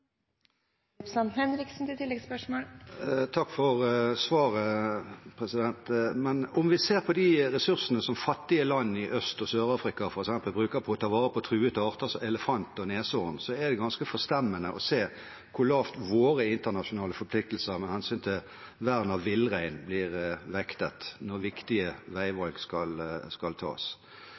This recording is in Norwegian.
Takk for svaret. Om vi ser på de ressursene som fattige land i Øst- og Sør-Afrika f.eks. bruker på å ta vare på truede arter som elefant og neshorn, er det ganske forstemmende å se hvor lavt våre internasjonale forpliktelser med hensyn til vern av villrein blir vektet når viktige veivalg skal tas.